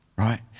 right